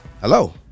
Hello